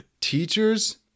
Teachers